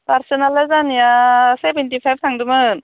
पारसेन्टआलाय जाहानिया seventy five थांदोमोन